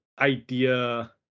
idea